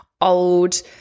old